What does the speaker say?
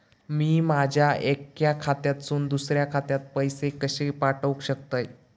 मी माझ्या एक्या खात्यासून दुसऱ्या खात्यात पैसे कशे पाठउक शकतय?